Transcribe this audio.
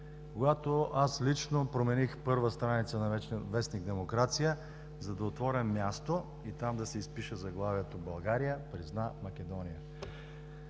когато аз лично промених първа страница на вестник „Демокрация“, за да отворя място и там да се изпише заглавието: „България призна Македония“.